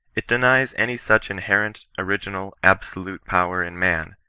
it denies any such inherent, original, absolute power in man,